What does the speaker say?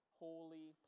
holy